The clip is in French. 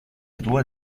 éloy